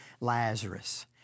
Lazarus